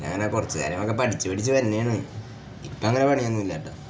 അങ്ങനെ കുറച്ച് കാര്യങ്ങളൊക്കെ പഠിച്ച് പഠിച്ച് വരുക തന്നെയാണ് ഇപ്പം അങ്ങനെ പണിയൊന്നും ഇല്ല കേട്ടോ